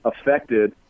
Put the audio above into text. affected